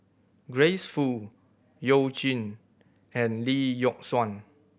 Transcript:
Grace Fu You Jin and Lee Yock Suan